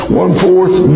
one-fourth